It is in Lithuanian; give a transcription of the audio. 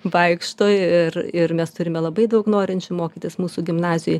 vaikšto ir ir mes turime labai daug norinčių mokytis mūsų gimnazijoj